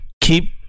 Keep